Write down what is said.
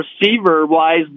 receiver-wise